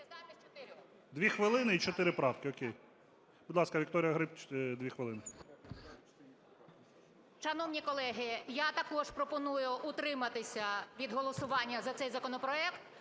Дві хвилини і чотири правки. О'кей. Будь ласка, Вікторія Гриб, дві хвилини. 13:36:00 ГРИБ В.О. Шановні колеги, я також пропоную утриматися від голосування за цей законопроект,